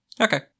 Okay